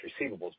receivables